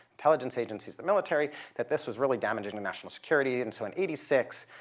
intelligence agencies. the military. that this was really damaging the national security. and so in eighty six,